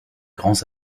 grands